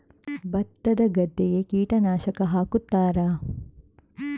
ಭತ್ತದ ಗದ್ದೆಗೆ ಕೀಟನಾಶಕ ಹಾಕುತ್ತಾರಾ?